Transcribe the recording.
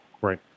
right